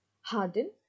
Hardin